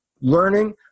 Learning